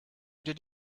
did